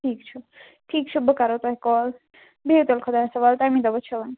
ٹھیٖک چھُ ٹھیٖک چھُ بہٕ کَرہو تۄہہِ کال بِہِو تیٚلہِ خۄدایَس حوال تَمی دۄہ وُچھو وۅنۍ